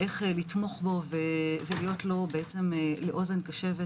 איך לתמוך בו ולהיות לו כאוזן קשבת